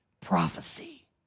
prophecy